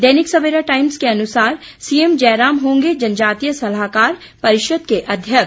दैनिक Savera Times के अनुसार CM Jairam होंगे जनजातीय सलाहकार परिषद के अध्यक्ष